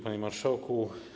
Panie Marszałku!